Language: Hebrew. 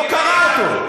לא קרא אותו.